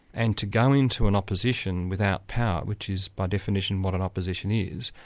and to go into an opposition without power, which is by definition what an opposition is,